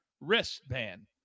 wristband